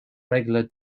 regular